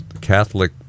Catholic